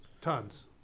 tons